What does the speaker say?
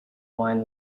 wine